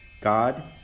God